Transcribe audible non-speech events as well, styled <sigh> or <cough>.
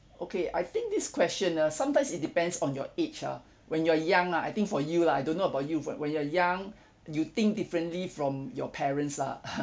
okay I think this question uh sometimes it depends on your age ah when you're young lah I think for you lah I don't know about you but when you're young you think differently from your parents lah <laughs>